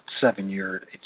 seven-year